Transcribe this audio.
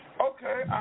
Okay